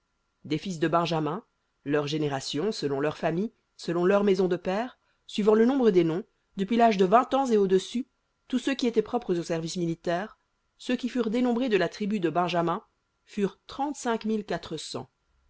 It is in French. des fils de benjamin leurs générations selon leurs familles selon leurs maisons de pères suivant le nombre des noms depuis l'âge de vingt ans et au-dessus tous ceux qui étaient propres au service militaire ceux qui furent dénombrés de la tribu de benjamin furent